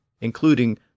including